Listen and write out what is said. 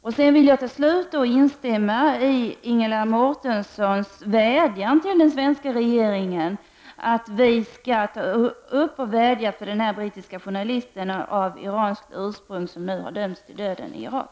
Till slut vill jag instämma i Ingela Mårtenssons begäran om att den svenska regeringen skall vädja för den brittiske journalist av iranskt ursprung som nu har dömts till döden i Irak.